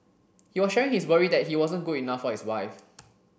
he was sharing his worry that he wasn't good enough for his wife